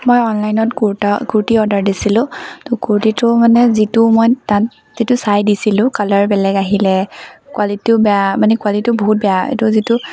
মই অনলাইনত কুৰ্তা কুৰ্তি অৰ্ডাৰ দিছিলো তহ কুৰ্তিটো মানে যিটো মই তাত যিটো চাই দিছিলো কালাৰ বেলেগ আহিলে কোৱালিটিও বেয়া মানে কোৱালিটিও বহুত বেয়া এইটো যিটো